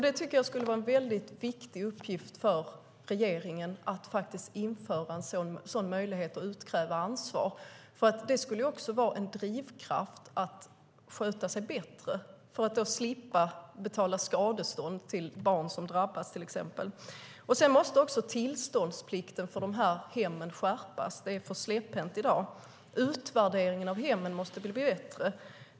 Det vore en viktig uppgift för regeringen att införa en möjlighet att utkräva ansvar. Det skulle också vara en drivkraft för att sköta sig bättre så att man slipper betala skadestånd till barn som drabbas, till exempel. Tillståndsplikten för dessa hem måste också skärpas. Det är för släpphänt i dag. Även utvärderingen av hemmen måste bli bättre.